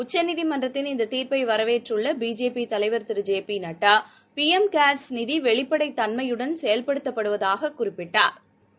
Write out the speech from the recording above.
உச்சநீதிமன்றத்தின் இந்ததீர்ப்பைவரவேற்றள்ளபிஜேபிதலைவர் திரு ஜெ பிநட்டா பிளம் கால் நிதிவெளிப்படைத்தன்மையுடன் செயல்படுத்தப்படுதாகக் குறிப்பிட்டுள்ளாா்